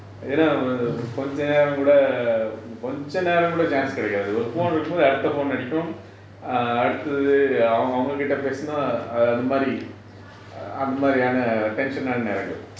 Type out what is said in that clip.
ஏன்னா கொஞ்ச நேரம் கூட கொஞ்ச நேரம் கூட:yenna konja neram kooda konja neram kooda chance கிடைக்காது ஒரு:kidaikaathu oru phone இருக்கும் போது அடுத்த:irukum pothu adutha phone அடிக்கும்:adikum err அடுத்தது அவங்க கிட்ட பேசினா அது மாரி அது மாரியான:aduthathu avanga kitta pesina athu mari athu maariyana tention ஆன நேரங்கள்:aana nerangal